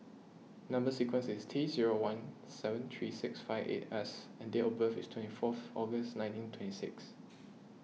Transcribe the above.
Number Sequence is T zero one seven three six five eight S and date of birth is twenty forth August nineteen twenty six